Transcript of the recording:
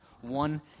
One